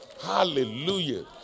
Hallelujah